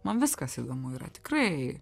man viskas įdomu yra tikrai